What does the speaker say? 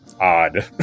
odd